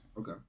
Okay